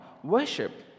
Worship